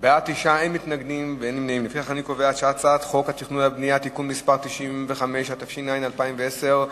חוק התכנון והבנייה (תיקון מס' 95), התש"ע 2010,